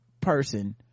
person